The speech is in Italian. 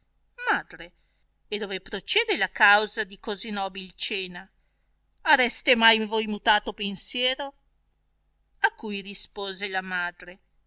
madre e dove procede la causa di così nobil cena arreste mai voi mutato pensiero a cui rispose la madre